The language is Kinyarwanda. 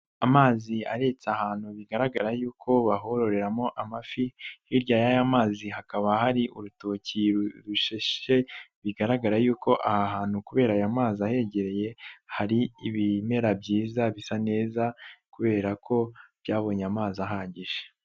Amazi aretse ahantu bigaragara yuko bahororeramo amafi, hirya y'aya mazi hakaba hari urutoki rushishe bigaragara yuko aha hantu kubera aya mazi ahegereye hari ibimera byiza bisa neza kubera ko byabonye amazi ahagije.